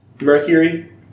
Mercury